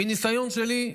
מניסיון שלי,